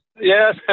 Yes